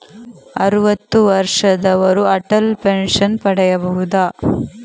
ಅರುವತ್ತು ವರ್ಷದವರು ಅಟಲ್ ಪೆನ್ಷನ್ ಪಡೆಯಬಹುದ?